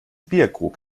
bierkrug